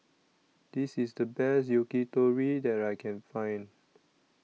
This IS The Best Yakitori that I Can Find